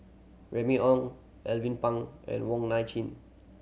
Remy Ong Alvin Pang and Wong Nai Chin